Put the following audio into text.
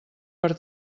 per